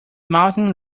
mountain